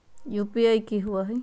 UPI कि होअ हई?